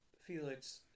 Felix